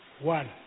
one